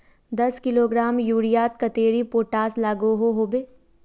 दस किलोग्राम यूरियात कतेरी पोटास लागोहो होबे?